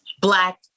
Black